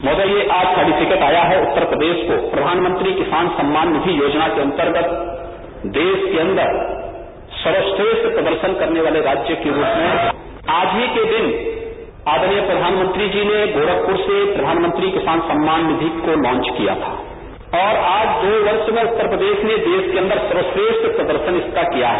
महोदय आज सर्टिफिकेट आया है कि उत्तर प्रदेश को प्रषानमंत्री किसान सम्मान निधि योजना के अन्तर्गत देश के अन्दर सर्वश्रेष्ठ प्रदर्शन करने वाले राज्य के रूप में आज के ही दिन आदरणीय प्रषानमंत्री जी ने गोरखपुर से प्रषानमंत्री किसान सम्मान निवि लांच किया था और अगले दो वर्ष में उत्तर प्रदेश ने देश के अन्दर सर्वश्रेष्ठ प्रदशर्नन इसका किया है